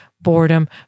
boredom